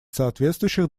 соответствующих